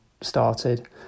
started